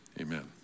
amen